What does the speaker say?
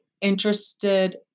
interested